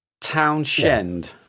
Townshend